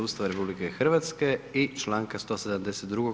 Ustava RH i članka 172.